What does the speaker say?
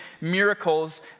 miracles